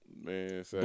man